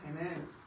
Amen